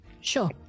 Sure